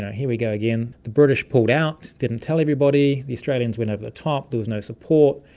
here we go again. the british pulled out, didn't tell everybody, the australians went over the top, there was no support.